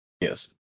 yes